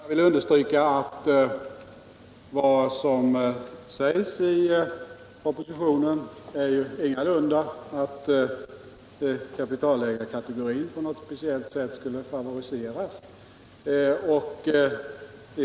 Herr talman! Jag vill understryka att vad som sägs i propositionen ingalunda är att kapitalägarkategorin på något speciellt sätt skall favoriseras.